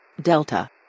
Delta